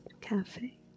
cafe